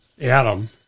Adam